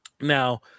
Now